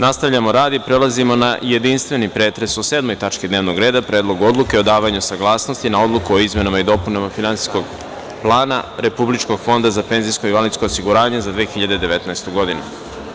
Nastavljamo rad i prelazimo na jedinstveni pretres o 7. tački dnevnog reda – Predlogu odluke o davanju saglasnosti na Odluku o izmenama i dopunama Finansijskog plana Republičkog fonda za PIO za 2019. godinu.